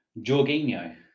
Jorginho